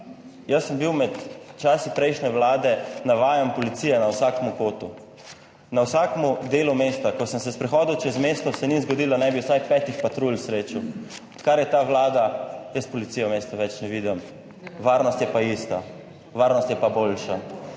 jaz sem bil med časi prejšnje vlade, navajam, policije na vsakem kotu, na vsakem delu mesta. Ko sem se sprehodil čez mesto, se ni zgodilo, da ne bi vsaj petih patrulj srečal. Odkar je ta vlada, jaz policije v mestu več ne vidim, varnost je pa ista, varnost je pa boljša.